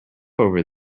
over